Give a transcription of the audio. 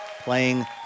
playing